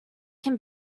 can